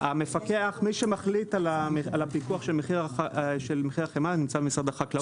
מי שמחליט על פיקוח מחיר החמאה נמצא במשרד החקלאות.